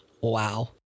Wow